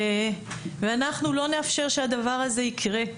ואנחנו לא נאפשר שהדבר הזה יקרה,